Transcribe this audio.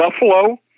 Buffalo